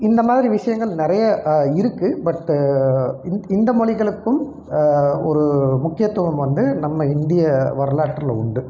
இந்த மாதிரி விஷயங்கள் நிறைய இருக்குது பட் இந்த மொழிகளுக்கும் ஒரு முக்கியத்துவம் வந்து நம்ம இந்திய வரலாற்றில் உண்டு